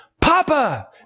Papa